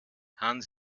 hans